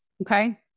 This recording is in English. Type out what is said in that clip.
okay